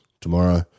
tomorrow